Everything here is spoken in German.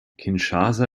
kinshasa